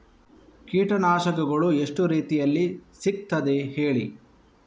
ಕೀಟನಾಶಕಗಳು ಎಷ್ಟು ರೀತಿಯಲ್ಲಿ ಸಿಗ್ತದ ಹೇಳಿ